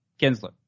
Kinsler